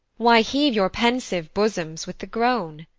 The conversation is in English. why heave your pensive bosoms with the groan?